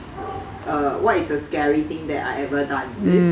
mm